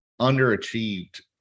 underachieved